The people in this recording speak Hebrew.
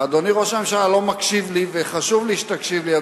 ואדוני ראש הממשלה לא מקשיב לי וחשוב לי שתקשיב לי,